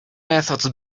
methods